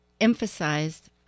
emphasized